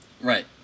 Right